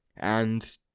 and.